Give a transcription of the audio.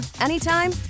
anytime